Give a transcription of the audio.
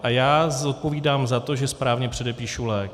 A já zodpovídám za to, že správně předepíšu lék.